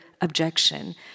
objection